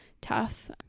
tough